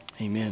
Amen